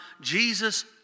Jesus